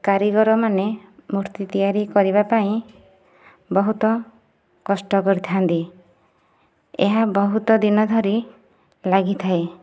କାରିଗର ମାନେ ମୂର୍ତ୍ତି ତିଆରି କରିବା ପାଇଁ ବହୁତ କଷ୍ଟ କରିଥାଆନ୍ତି ଏହା ବହୁତ ଦିନ ଧରି ଲାଗିଥାଏ